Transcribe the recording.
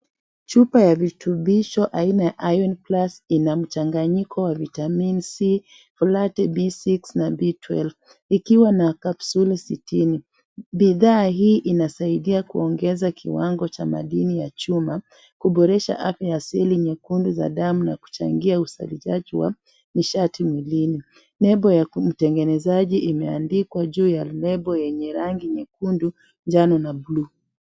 Chupa ya virutubisho aina ya (cs)Iron Plus(cs) ina mchanganyiko wa (cs)vitamini C Folate+B6,B12(cs) vikiwa na capsules sitini, Bidhaa hii inasaidia kuongeza kiwango cha madini ya chuma kuboresha afya ya asili nyekundu za damu na kuchangia usalizaji wa mishati mwilini. Lebo ya mtengenezaji imeandikwa juu ya lebo yenye rangi nyekundu njano na bluu.